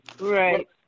Right